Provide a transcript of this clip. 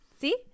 See